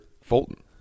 Fulton